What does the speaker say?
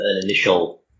initial